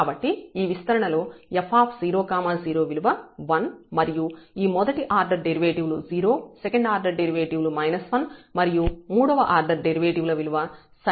కాబట్టి ఈ విస్తరణ లో f0 0 విలువ 1 మరియు ఈ మొదటి ఆర్డర్ డెరివేటివ్ లు 0 సెకండ్ ఆర్డర్ డెరివేటివ్ లు 1 మరియు మూడవ ఆర్డర్ డెరివేటివ్ ల విలువ sin𝜃x𝜃y అవుతాయి